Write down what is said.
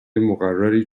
مقرری